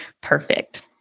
Perfect